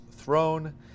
throne